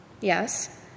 Yes